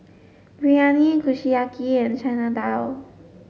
Biryani Kushiyaki and Chana Dal